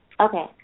Okay